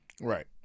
Right